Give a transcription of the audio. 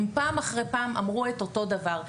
הם פעם אחרי פעם אמרו את אותו דבר.